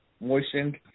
moistened